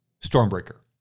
Stormbreaker